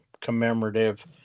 commemorative